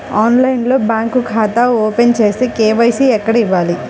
ఆన్లైన్లో బ్యాంకు ఖాతా ఓపెన్ చేస్తే, కే.వై.సి ఎక్కడ ఇవ్వాలి?